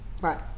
right